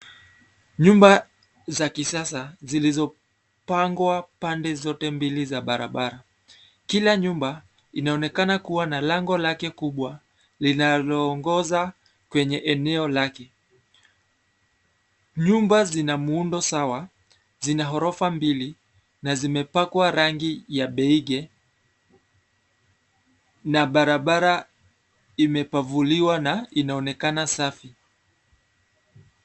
Nyumba za kisasa zilizopangwa pande zote mbili za barabara. Kila nyumba inaonekana kuwa na lango lake kubwa linaloongoza kwenye eneo lake. Nyumba zina muundo sawa, zina ghorofa mbili na zimepakwa rangi ya beige , na barabara imepavuliwa na inaonekana safi.